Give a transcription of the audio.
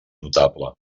notable